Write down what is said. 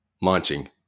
launching